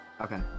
Okay